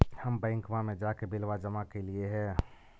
हम बैंकवा मे जाके बिलवा जमा कैलिऐ हे?